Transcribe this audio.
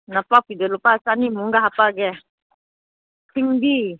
ꯅꯄꯥꯛꯄꯤꯗꯨ ꯂꯨꯄꯥ ꯆꯥꯅꯤꯃꯨꯛꯀ ꯍꯥꯞꯄꯛꯑꯒꯦ ꯁꯤꯡꯗꯤ